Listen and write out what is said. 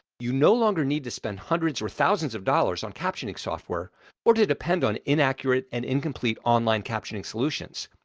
you no longer need to spend hundreds or thousands of dollars on captioning software or to depend on inaccurate and incomplete online captioning solutions.